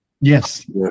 Yes